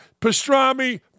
Pastrami